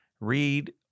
read